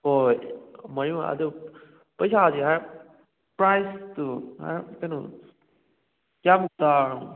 ꯍꯣꯏ ꯍꯣꯏ ꯃꯔꯤ ꯃꯉꯥ ꯑꯗꯨ ꯄꯩꯁꯥꯁꯤ ꯍꯥꯏꯔꯞ ꯄ꯭ꯔꯥꯏꯖꯇꯨ ꯍꯥꯏꯔꯞ ꯀꯩꯅꯣ ꯀꯌꯥꯃꯨꯛ ꯇꯥꯔꯕ